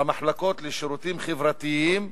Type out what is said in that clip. במחלקות לשירותים חברתיים,